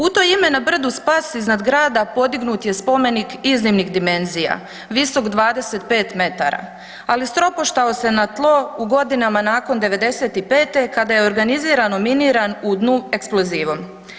U to ime, na brdu Spas iznad grada podignut je spomenik iznimnih dimenzija visok 25 metara ali stropoštao se na tlo u godinama nakon '95. kada je organizirano miniran u dnu eksplozivom.